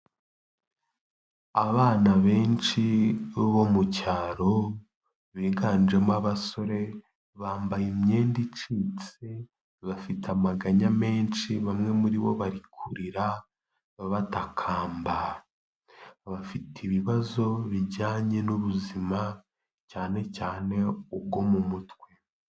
Abana benshi bo mu cyaro biganjemo abasore, bambaye imyenda icitse, bafite amaganya menshi bamwe muri bo bari kurira batakamba, abafite ibibazo bijyanye n'ubuzima cyane cyane ubwo mu mutwe.